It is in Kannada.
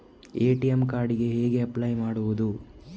ಎ.ಟಿ.ಎಂ ಕಾರ್ಡ್ ಗೆ ಹೇಗೆ ಅಪ್ಲೈ ಮಾಡುವುದು?